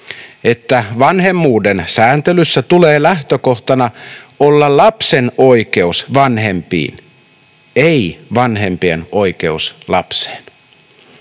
että vanhemmuuden sääntelyssä tulee lähtökohtana olla lapsen oikeus vanhempiin, ei vanhempien oikeus lapseen.